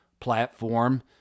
platform